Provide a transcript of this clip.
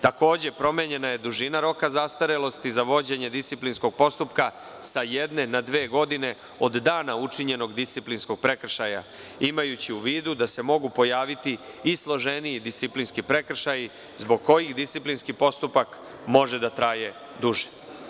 Takođe, promenjena je dužina roka zastarelosti za vođenje disciplinskog postupka sa jedne na dve godine od dana učinjenog disciplinskog prekršaja, imajući u vidu da se mogu pojaviti i složeniji disciplinski prekršaji zbog kojih disciplinski postupak može da traje duže.